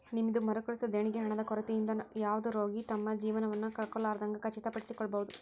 ನಿಮ್ದ್ ಮರುಕಳಿಸೊ ದೇಣಿಗಿ ಹಣದ ಕೊರತಿಯಿಂದ ಯಾವುದ ರೋಗಿ ತಮ್ದ್ ಜೇವನವನ್ನ ಕಳ್ಕೊಲಾರ್ದಂಗ್ ಖಚಿತಪಡಿಸಿಕೊಳ್ಬಹುದ್